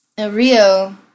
Rio